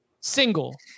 single